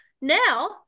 now